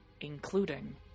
including